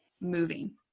moving